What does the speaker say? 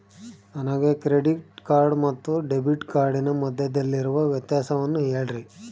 ನನಗೆ credit card ಮತ್ತು debit ಕಾರ್ಡಿನ ಮಧ್ಯದಲ್ಲಿರುವ ವ್ಯತ್ಯಾಸವನ್ನು ಹೇಳ್ರಿ?